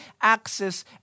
access